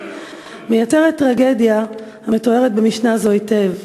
מייצרת טרגדיה המתוארת במשנה זו היטב,